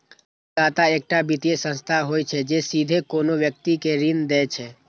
कर्जदाता एकटा वित्तीय संस्था होइ छै, जे सीधे कोनो व्यक्ति कें ऋण दै छै